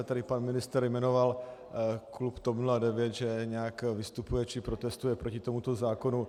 Tady pan ministr jmenoval klub TOP 09, že nějak vystupuje či protestuje proti tomuto zákonu.